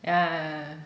yeah